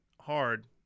hard